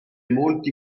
molti